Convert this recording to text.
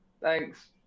Thanks